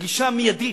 לגישה מיידית,